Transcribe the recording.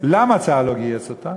למה צה"ל לא גייס אותו,